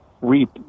reap